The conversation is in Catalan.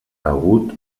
agut